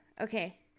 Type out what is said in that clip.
okay